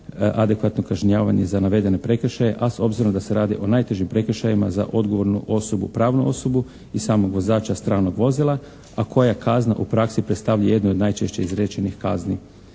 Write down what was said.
adekvatno kažnjavanje za navedene prekršaje a s obzirom da se radi o najtežim prekršajima za odgovornu osobu, pravnu osobu i samog vozača stranog vozila a koja kazna u praksi predstavlja jednu od najčešće izrečenih kazni.